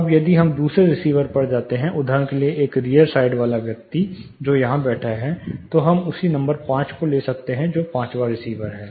अब यदि हम दूसरे रिसीवर पर जाते हैं उदाहरण के लिए एक रियर साइड वाला व्यक्ति जो यहाँ बैठा है तो हम उसी नंबर 5 को ले सकते हैं जो पांचवा रिसीवर है